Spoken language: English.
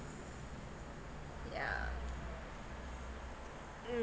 yeah mm